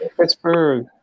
Pittsburgh